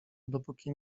dopóki